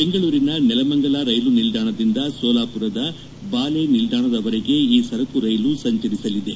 ಬೆಂಗಳೂರಿನ ನೆಲಮಂಗಲ ರೈಲು ನಿಲ್ದಾಣದಿಂದ ಸೋಲಾಮರದ ಬಾಲೆ ನಿಲ್ದಾಣದವರೆಗೆ ಈ ಸರಕು ರೈಲು ಸಂಚರಿಸಲಿದೆ